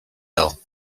ill